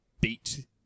beat